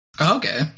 Okay